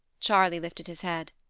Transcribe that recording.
charley lifted his head.